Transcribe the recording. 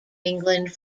england